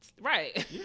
Right